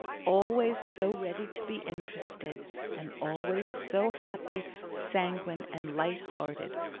always so ready to be interested and always so happy, sanguine, and light-hearted.